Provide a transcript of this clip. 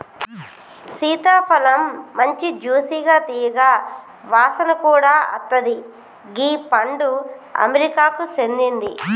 సీతాఫలమ్ మంచి జ్యూసిగా తీయగా వాసన కూడా అత్తది గీ పండు అమెరికాకు సేందింది